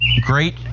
great